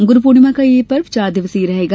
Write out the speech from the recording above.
गुरूपूर्णिमा का यह पर्व चार दिवसीय रहेगा